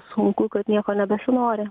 sunku kad nieko nebesinori